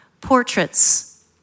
portraits